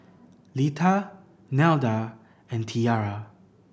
Lita Nelda and Tiarra